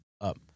up